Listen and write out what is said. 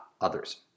others